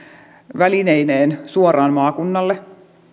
välineineen suoraan maakunnalle